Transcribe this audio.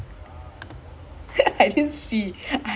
ya you didn't know ah I tell you [what]